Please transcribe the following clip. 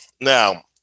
Now